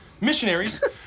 missionaries